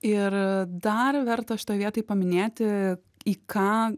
ir dar verta šitoj vietoj paminėti į ką